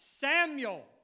Samuel